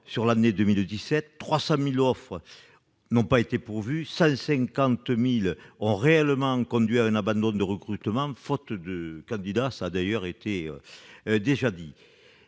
sur l'année 2017, 300 000 offres n'ont pas été pourvues et 150 000 ont réellement conduit à un abandon de recrutement, faute de candidats. Ces chiffres apportent